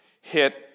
hit